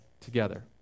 together